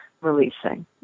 releasing